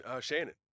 Shannon